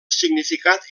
significat